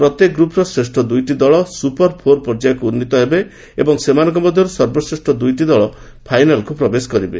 ପ୍ରତ୍ୟେକ ଗ୍ରପ୍ର ଶ୍ରେଷ୍ଠ ଦୁଇଟି ଦଳ ସୁପର ଫୋର୍ ପର୍ଯ୍ୟାୟକୁ ଉନ୍ନିତ ହେବେ ଏବଂ ସେମାନଙ୍କ ମଧ୍ୟରୁ ସର୍ବଶ୍ରେଷ୍ଠ ଦୁଇଟି ଦଳ ଫାଇନାଲ୍କୁ ପ୍ରବେଶ ପରିବେ